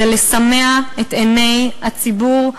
זה לסמא את עיני הציבור,